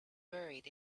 buried